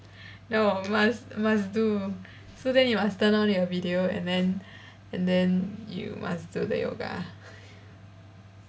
no must must do so then you must turn on your video and then and then you must do the yoga